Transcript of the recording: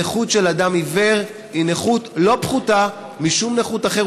הנכות של אדם עיוור היא נכות לא פחותה משום נכות אחרת,